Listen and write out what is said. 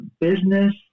business